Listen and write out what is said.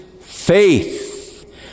faith